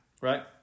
Right